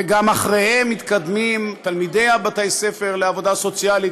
ואחריהם מתקדמים גם תלמידי בתי-הספר לעבודה סוציאלית,